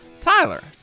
Tyler